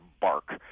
bark